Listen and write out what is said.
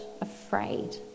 afraid